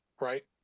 right